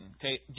Okay